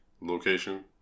location